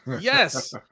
Yes